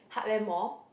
Heartland Mall